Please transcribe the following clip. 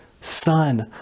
Son